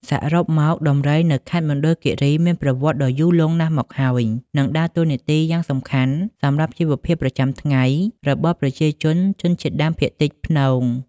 សរុបមក ដំរីនៅខេត្តមណ្ឌលគិរីមានប្រវត្តិដ៏យូរលង់ណាស់មកហើយ និងដើរតួនាទីយ៉ាងសំខាន់សម្រាប់ជីវភាពប្រចាំថ្ងៃរបស់ប្រជាជនជនជាតិដើមភាគតិតភ្នង។